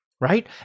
right